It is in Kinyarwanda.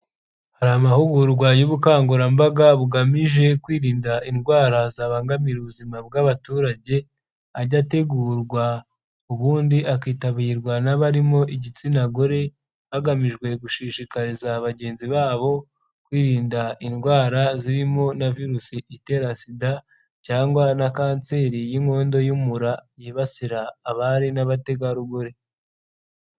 Hari amahugurwa y'ubukangurambaga bugamije kwirinda indwara zabangamira ubuzima bw'abaturage, ajya ategurwa ubundi akitabirwa n'abarimo igitsina gore, hagamijwe gushishikariza bagenzi ba, bo kwirinda indwara zirimo na virusi itera sida, cyangwa na kanseri y'inkondo y'umura yibasira abari n'abategarugori.